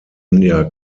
india